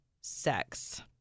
sex